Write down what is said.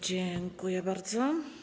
Dziękuję bardzo.